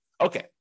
Okay